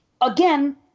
again